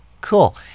cool